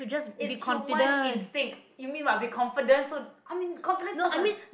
it's human instinct you mean what be confident so I mean confidence not gonna